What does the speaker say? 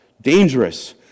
dangerous